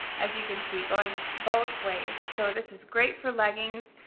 as you can see, going both ways. so this is great for leggings,